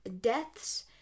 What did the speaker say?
deaths